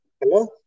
Hello